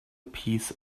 piece